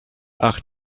ach